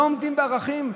לא עומדים בערכים.